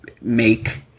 make